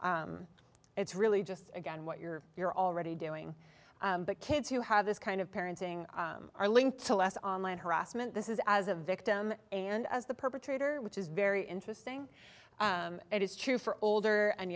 it's really just again what you're you're already doing but kids who have this kind of parenting are linked to less online harassment this is as a victim and as the perpetrator which is very interesting it is true for older and